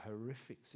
horrific